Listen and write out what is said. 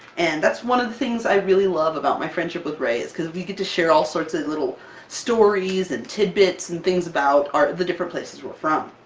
and that's one of the things i really love about my friendship with rae, is because we get to share all sorts of little stories and tidbits and things about our the different places we're from.